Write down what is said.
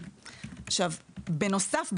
בנוסף,